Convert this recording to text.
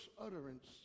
utterance